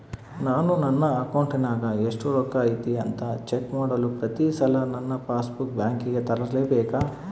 ನಾನು ನನ್ನ ಅಕೌಂಟಿನಾಗ ಎಷ್ಟು ರೊಕ್ಕ ಐತಿ ಅಂತಾ ಚೆಕ್ ಮಾಡಲು ಪ್ರತಿ ಸಲ ನನ್ನ ಪಾಸ್ ಬುಕ್ ಬ್ಯಾಂಕಿಗೆ ತರಲೆಬೇಕಾ?